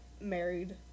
married